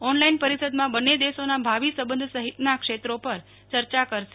online પરિષદમાં બંને દેશોના ભાવિ સંબંધ સહિતના ક્ષેત્રો પર ચર્ચા કરશે